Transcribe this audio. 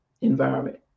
environment